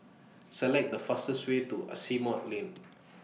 Select The fastest Way to Asimont Lane